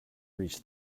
reach